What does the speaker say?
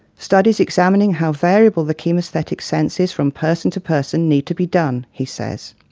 studies examining how variable the chemesthetic sense is from person to person need to be done, he says.